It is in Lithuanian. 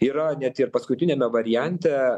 yra net ir paskutiniame variante